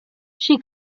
she